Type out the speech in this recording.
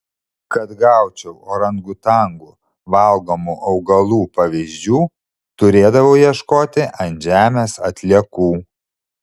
kad gaučiau orangutanų valgomų augalų pavyzdžių turėdavau ieškoti ant žemės atliekų